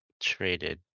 traded